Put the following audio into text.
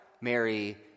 Mary